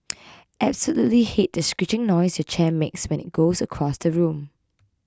absolutely hate the screeching noise your chair makes when it goes across the room